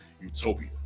Utopia